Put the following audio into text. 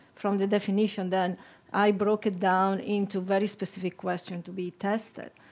from the definition then i broke it down into very specific question to be tested,